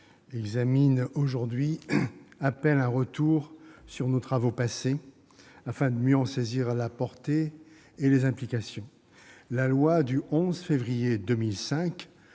examine aujourd'hui appelle un retour sur nos travaux passés afin de mieux en saisir la portée et les implications.